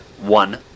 one